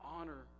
Honor